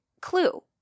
clue